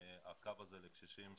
הקו הזה לקשישים,